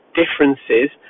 differences